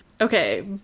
Okay